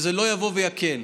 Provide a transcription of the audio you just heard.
שזה לא יבוא ויקל.